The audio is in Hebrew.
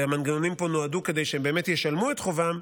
והמנגנונים פה נועדו כדי שהם באמת ישלמו את חובם,